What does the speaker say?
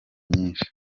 nyinshi